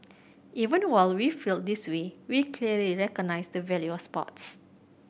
even while we feel this way we clearly recognise the value of sports